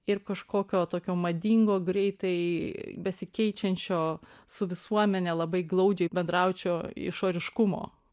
ir kažkokio tokio madingo greitai besikeičiančio su visuomene labai glaudžiai bendraujančio išoriškumo